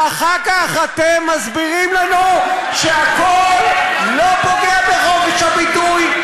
ואחר כך אתם מסבירים לנו שהכול לא פוגע בחופש הביטוי.